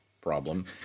problem